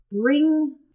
bring